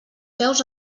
peus